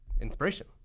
inspiration